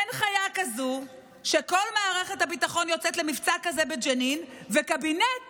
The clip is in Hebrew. אין חיה כזאת שכל מערכת הביטחון יוצאת למבצע כזה בג'נין וקבינט